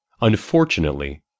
Unfortunately